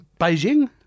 Beijing